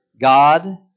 God